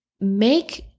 make